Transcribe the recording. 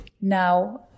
Now